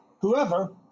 whoever